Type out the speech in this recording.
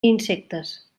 insectes